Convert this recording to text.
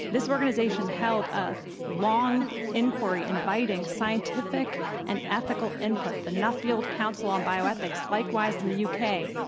this organization held a long inquiry inviting scientific and ethical input. the nuffield council on bioethics likewise in the u. k.